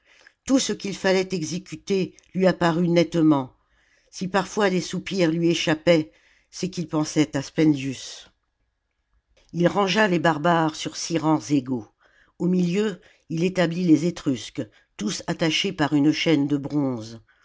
tout ce qu'il fallait exécuter lui apparut nettement si parfois des soupirs lui échappaient c'est qu'il pensait à spendius il rangea les barbares sur six rangs égaux au milieu il établit les etrusques tous attachés par une chaîne de bronze